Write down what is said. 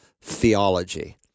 theology